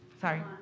sorry